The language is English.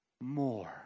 more